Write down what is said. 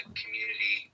community